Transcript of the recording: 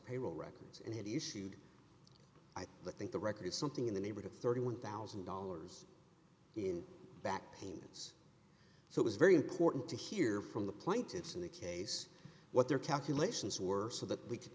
payroll records and had issued i think the record something in the neighborhood thirty one thousand dollars in back payments so it was very important to hear from the plaintiffs in the case what their calculations were so that we could